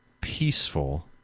peaceful